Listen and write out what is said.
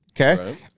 Okay